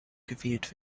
gewählt